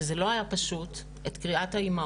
שזה לא היה פשוט, את קריאת האימהות,